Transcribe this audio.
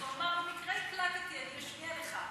הוא אמר: במקרה הקלטתי, אני אשמיע לך.